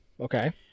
okay